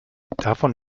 davon